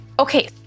Okay